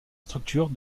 structure